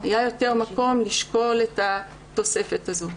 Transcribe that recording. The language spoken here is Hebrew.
היה יותר מקום לשקול את התוספת הזו.